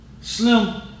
Slim